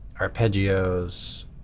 arpeggios